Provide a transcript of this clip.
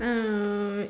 uh